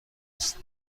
است